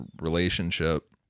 relationship